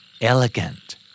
Elegant